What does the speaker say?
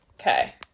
okay